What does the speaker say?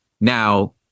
Now